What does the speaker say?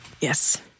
Yes